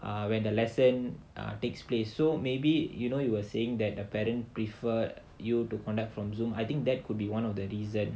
uh when the lesson takes place so maybe you know you were saying that the parent prefer you to conduct from zoom I think that could be one of the reason